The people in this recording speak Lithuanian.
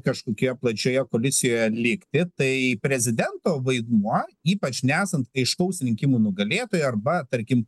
kažkokioje plačioje koalicijoje likti tai prezidento vaidmuo ypač nesant aiškaus rinkimų nugalėtojo arba tarkim